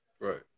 Right